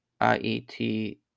iet